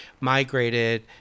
migrated